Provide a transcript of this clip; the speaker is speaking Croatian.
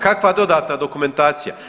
Kakva dodatna dokumentacija?